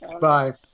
Bye